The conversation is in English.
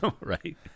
right